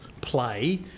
play